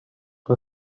for